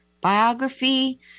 Biography